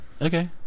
Okay